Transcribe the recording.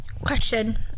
Question